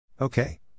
Okay